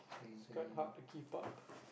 it's quite hard to keep up